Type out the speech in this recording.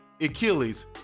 Achilles